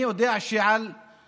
אני יודע על כמעט,